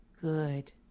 good